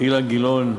אילן גילאון,